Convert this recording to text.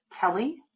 Kelly